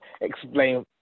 explain